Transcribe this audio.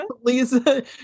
Lisa